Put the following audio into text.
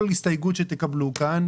כל הסתייגויות שתקבלו כאן,